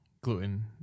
gluten